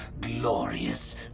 glorious